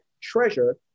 treasure